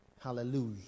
Hallelujah